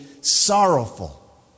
sorrowful